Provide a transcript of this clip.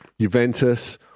Juventus